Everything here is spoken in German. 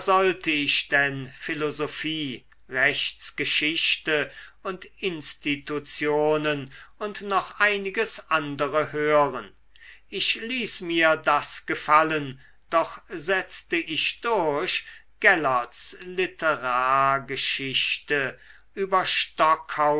sollte ich denn philosophie rechtsgeschichte und institutionen und noch einiges andere hören ich ließ mir das gefallen doch setzte ich durch gellerts literargeschichte über